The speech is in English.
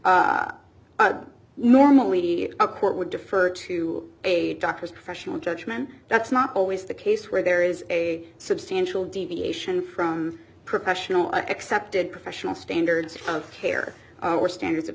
where normally a court would defer to a doctor's professional judgment that's not always the case where there is a substantial deviation from professional accepted professional standards of care or standards of